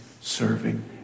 serving